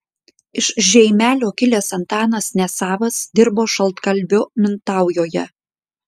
iš žeimelio kilęs antanas nesavas dirbo šaltkalviu mintaujoje